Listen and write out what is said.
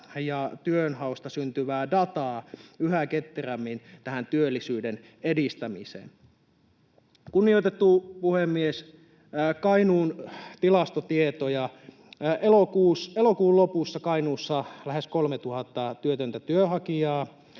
ja työnhausta syntyvää dataa yhä ketterämmin tähän työllisyyden edistämiseen? Kunnioitettu puhemies! Kainuun tilastotietoja: Elokuun lopussa Kainuussa lähes 3 000 työtöntä työnhakijaa,